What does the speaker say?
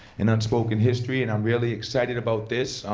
and unspoken history. and i'm really excited about this.